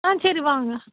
ஆ சரி வாங்க